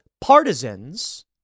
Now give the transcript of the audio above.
partisans